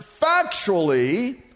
factually